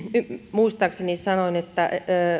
muistaakseni sanoin että